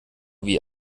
wie